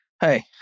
Hey